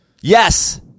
Yes